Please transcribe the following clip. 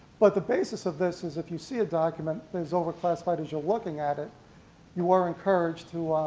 but the basis of this is if you see a document that is over-classified as you're looking at it you are encouraged to